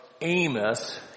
Amos